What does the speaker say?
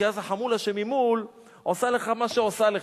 כי החמולה שממול עושה לך מה שעושה לך.